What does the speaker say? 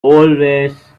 always